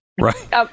right